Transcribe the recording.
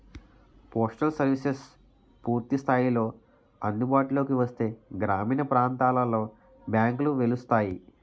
postal services పూర్తి స్థాయిలో అందుబాటులోకి వస్తే గ్రామీణ ప్రాంతాలలో బ్యాంకులు వెలుస్తాయి